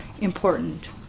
important